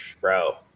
bro